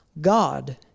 God